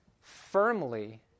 firmly